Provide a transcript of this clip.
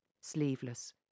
sleeveless